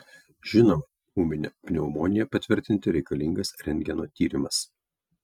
žinoma ūminę pneumoniją patvirtinti reikalingas rentgeno tyrimas